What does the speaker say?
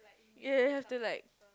you'll have to like